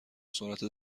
سرعت